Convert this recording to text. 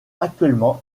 actuellement